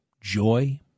joy